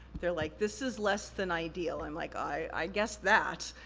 they're like, this is less than ideal. i'm like, i guessed that.